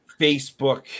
Facebook